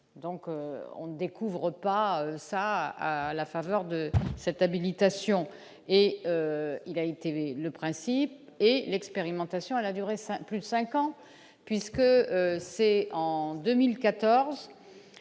donc on ne découvre pas ça à la faveur de cette habilitation et il a été vu le principe et l'expérimentation à la durée, 5 plus 5 ans puisque c'est en 2014,